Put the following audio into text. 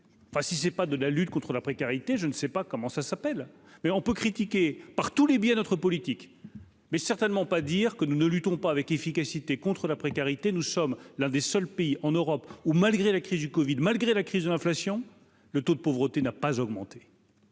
enfin si c'est pas de la lutte contre la précarité, je ne sais pas comment ça s'appelle, mais on peut critiquer par tous les biais notre politique, mais certainement pas dire que nous ne luttons pas avec efficacité contre la précarité, nous sommes l'un des seuls pays en Europe où, malgré la crise du Covid malgré la crise de l'inflation, le taux de pauvreté n'a pas augmenté.